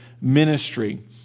ministry